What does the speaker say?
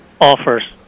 offers